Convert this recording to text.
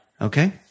Okay